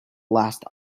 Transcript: last